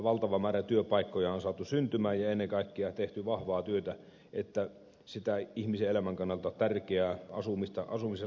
valtava määrä työpaikkoja on saatu syntymään ja ennen kaikkea tehty vahvaa työtä että sitä ihmisen elämän kannalta tärkeää asumista asumisen laatua on parannettu